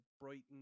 Brighton